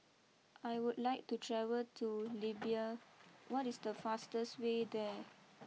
I would like to travel to Libya what is the fastest way there